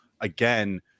Again